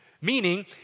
Meaning